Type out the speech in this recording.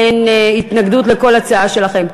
אין התנגדות לכל הצעה שלכם.